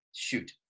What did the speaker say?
Shoot